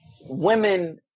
women